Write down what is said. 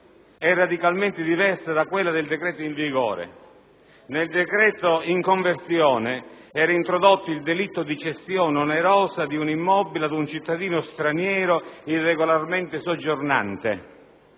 è radicalmente diversa da quella contenuta nel decreto-legge in vigore. Nel decreto-legge in conversione si è introdotto il delitto di cessione onerosa di un immobile ad un cittadino straniero irregolarmente soggiornante,